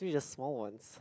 so it just small ones